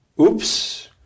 oops